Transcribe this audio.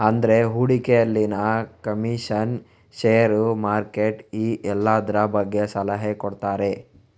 ಅಂದ್ರೆ ಹೂಡಿಕೆಯಲ್ಲಿನ commission, share, market ಈ ಎಲ್ಲದ್ರ ಬಗ್ಗೆ ಸಲಹೆ ಕೊಡ್ತಾರೆ